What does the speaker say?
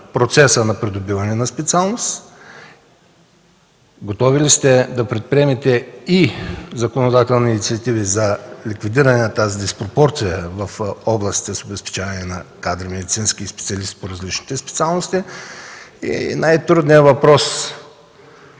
начин процеса на придобиване на специалност? Готови ли сте да предприемете и законодателни инициативи за ликвидиране на тази диспропорция в областите с обезпечаване на кадри – медицински и специалисти по различните специалности. И най-трудният въпрос